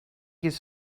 his